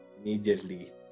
immediately